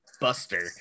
buster